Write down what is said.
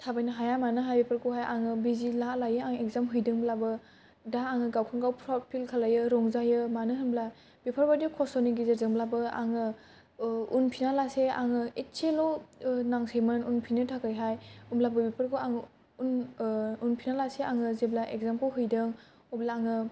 थाबायनो हाया मानो हाया बेफोरखौहाय आङो बिजि ला लायै इगजाम हैदोंब्लाबो दा आङो गावखौनो गाव प्रावद फिल खालायो रंजायो मानो होनब्ला बेफोरबादि खस्थ'नि गेजेरजोंब्लाबो आङो उनफिना लासे आङो एसेल' नांसैमोन उनफिननो थाखायहाय ओमब्लाबो बेफोरखौ आं उनफिना लासे आङो जेब्ला इगजामखौ हैदों अब्ला आङो